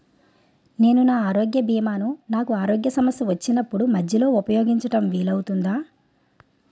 నేను నా ఆరోగ్య భీమా ను నాకు ఆరోగ్య సమస్య వచ్చినప్పుడు మధ్యలో ఉపయోగించడం వీలు అవుతుందా?